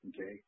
Okay